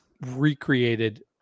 recreated